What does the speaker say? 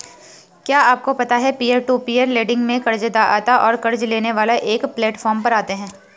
क्या आपको पता है पीयर टू पीयर लेंडिंग में कर्ज़दाता और क़र्ज़ लेने वाला एक प्लैटफॉर्म पर आते है?